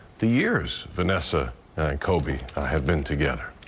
the years for nasa and coby i have been together.